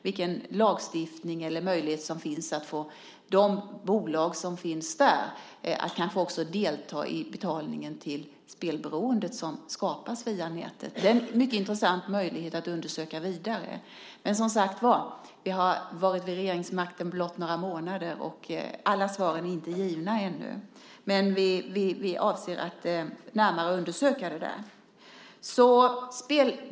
Vilken lagstiftning eller möjlighet finns att få de bolag som agerar där att också delta i betalningen till det spelberoende som skapas via nätet? Det är en mycket intressant möjlighet att undersöka vidare. Men, som sagt, vi har haft regeringsmakten i blott några månader och alla svaren är inte givna ännu. Men vi avser att närmare undersöka detta.